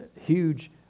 huge